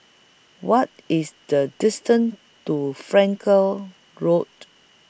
What IS The distance to Frankel Road